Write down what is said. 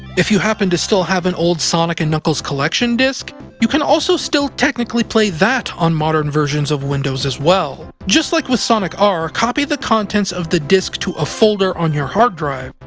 if you happen to still have an old sonic and knuckles collection disc, you can also still technically play that on modern versions of windows as well. just like with sonic r, copy the contents of the disc to a folder on your hard drive,